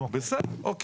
בסדר, אוקיי.